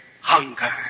hunger